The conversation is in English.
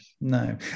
no